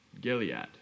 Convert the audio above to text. Gilead